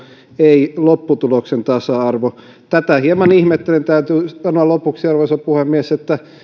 ei lopputuloksen tasa arvo tätä hieman ihmettelen täytyy sanoa lopuksi arvoisa puhemies että